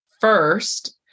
first